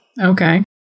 Okay